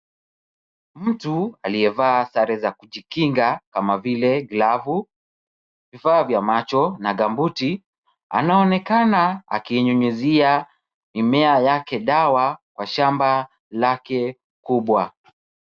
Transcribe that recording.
Mtu aliye vaa sare za kujikinga kama vile glavu , vifaa vya macho na gambuti anaonekana aki nyunyizia dawa kwa shamba lake kubwa.